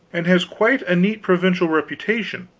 and has quite a neat provincial reputation.